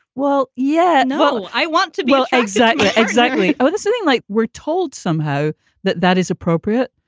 well, yeah. no, i want to be. exactly. exactly oh, there's something like we're told somehow that that is appropriate.